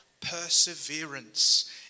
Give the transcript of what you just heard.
perseverance